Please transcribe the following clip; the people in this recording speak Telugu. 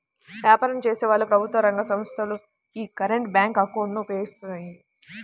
వ్యాపారం చేసేవాళ్ళు, ప్రభుత్వ రంగ సంస్ధలు యీ కరెంట్ బ్యేంకు అకౌంట్ ను ఉపయోగిస్తాయి